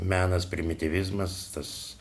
menas primityvizmas tas